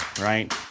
right